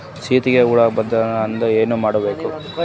ಸೀತ್ನಿಗೆ ಹುಳ ಬರ್ಬಾರ್ದು ಅಂದ್ರ ಏನ್ ಮಾಡಬೇಕು?